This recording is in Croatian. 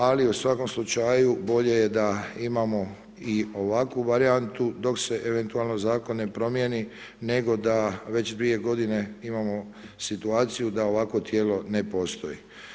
Ali u svakom slučaju bolje da imamo i ovakvu varijantu dok se eventualno zakon ne promjeni nego da već dvije godine imamo situaciju da ovakvo tijelo ne postoji.